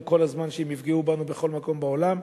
כל הזמן שהם יפגעו בנו בכל מקום בעולם.